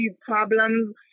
problems